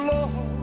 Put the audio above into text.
Lord